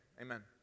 amen